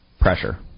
pressure